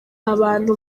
abantu